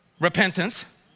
Repentance